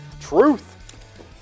truth